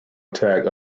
attack